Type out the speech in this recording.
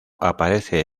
aparece